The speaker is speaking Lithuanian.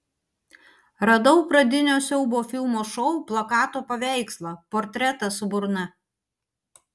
radau pradinio siaubo filmo šou plakato paveikslą portretą su burna